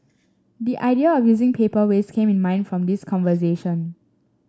the idea of using paper waste came in my mind from this conversation